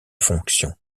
fonction